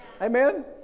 Amen